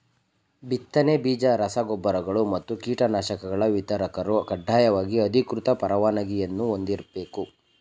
ಬಿತ್ತನೆ ಬೀಜ ರಸ ಗೊಬ್ಬರಗಳು ಮತ್ತು ಕೀಟನಾಶಕಗಳ ವಿತರಕರು ಕಡ್ಡಾಯವಾಗಿ ಅಧಿಕೃತ ಪರವಾನಗಿಯನ್ನೂ ಹೊಂದಿರ್ಬೇಕು